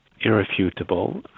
irrefutable